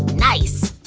nice.